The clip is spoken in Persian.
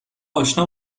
آشنا